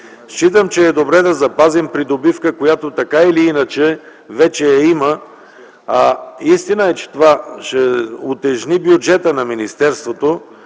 Смятам, че е добре да запазим придобивка, която така или иначе вече я има. Истина е, че това ще утежни бюджета на министерството,